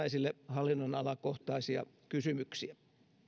esille hallinnonalakohtaisia kysymyksiä